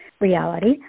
reality